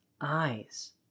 eyes